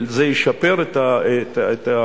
זה ישפר את השירות,